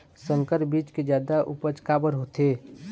संकर बीज के जादा उपज काबर होथे?